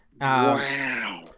Wow